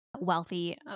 wealthy